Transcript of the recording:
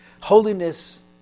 Holiness